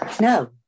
No